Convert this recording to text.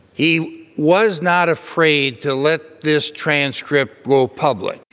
he was not afraid to let this transcript go public.